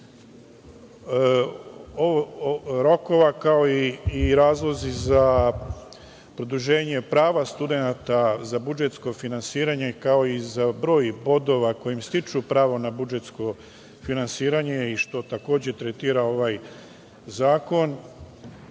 rokova kao i razlozi za produženje prava studenata za budžetsko finansiranje, kao i za broj bodova kojim stiču pravo za budžetsko finansiranje, što takođe tretira ovaj zakon,